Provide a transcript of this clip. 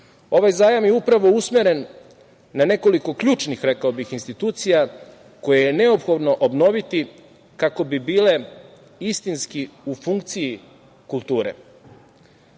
zajam je upravo usmeren na nekoliko ključnih, rekao bih, institucija koje je neophodno obnoviti kako bi bile istinski u funkciji kulture.